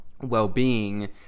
well-being